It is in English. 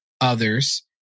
others